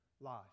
life